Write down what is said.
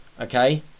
okay